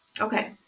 Okay